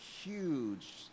huge